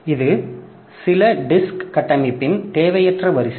இது சில டிஸ்க் கட்டமைப்பின் தேவையற்ற வரிசை